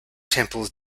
temples